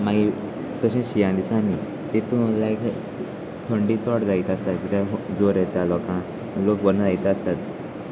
मागीर तशें शियां दिसांनी तातून लायक थंडी चड जायत आसता कित्याक जोर येता लोकां लोक बरे ना जायत आसतात